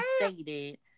stated